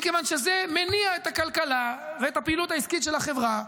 כיוון שזה מניע את הכלכלה ואת הפעילות העסקית של החברה.